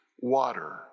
water